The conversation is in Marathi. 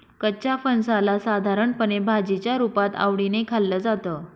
कच्च्या फणसाला साधारणपणे भाजीच्या रुपात आवडीने खाल्लं जातं